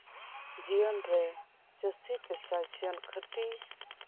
ᱡᱤᱭᱚᱱ ᱨᱮ ᱪᱟᱹᱥᱤ ᱯᱮᱥᱟ ᱡᱚᱱ ᱠᱷᱟᱹᱴᱤ